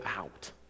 out